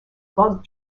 bug